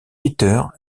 peter